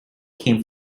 came